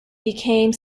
became